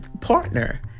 partner